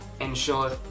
ensure